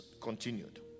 continued